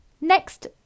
next